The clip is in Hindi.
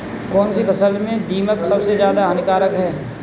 कौनसी फसल में दीमक सबसे ज्यादा हानिकारक है?